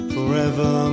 Forever